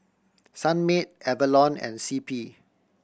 Sunmaid Avalon and C P